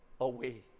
away